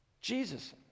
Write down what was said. Jesus